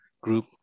group